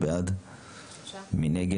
3. מי נגד?